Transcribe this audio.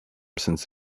since